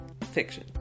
Fiction